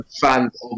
fans